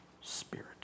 Spirit